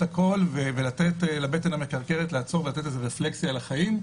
הכל ולתת לבטן המכרכרת לעצור ולתת רפלקציה לחיים,